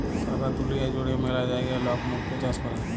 সারা দুলিয়া জুড়ে ম্যালা জায়গায় লক মুক্ত চাষ ক্যরে